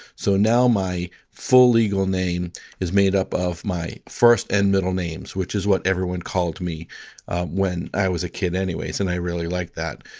so now my full legal name is made up of my first and middle names, which is what everyone called me when i was a kid anyways, and i really liked that.